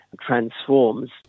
transforms